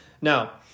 now